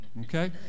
Okay